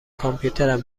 کامپیوترم